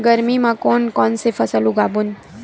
गरमी मा कोन कौन से फसल उगाबोन?